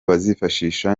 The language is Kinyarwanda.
bazifashisha